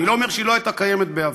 אני לא אומר שהיא לא הייתה קיימת בעבר.